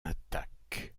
attaque